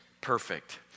perfect